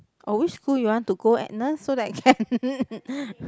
oh which school you want to go Agnes so that I can